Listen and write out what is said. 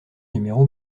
numéro